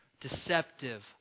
deceptive